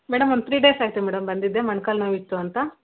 madam ಒಂದು three days ಆಯಿತು madam ಬಂದಿದ್ದೆ ಮೊಣ್ಕಾಲು ನೋವಿತ್ತು ಅಂತ